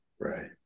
Right